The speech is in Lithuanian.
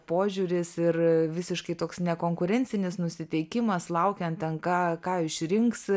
požiūris ir visiškai toks nekonkurencinis nusiteikimas laukiant ten ką ką išrinks